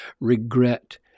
regret